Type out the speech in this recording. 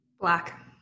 Black